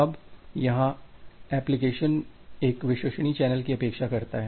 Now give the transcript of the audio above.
अब यहाँ एप्लीकेशन एक विश्वसनीय चैनल की अपेक्षा करता है